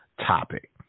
topic